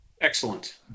excellent